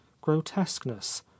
grotesqueness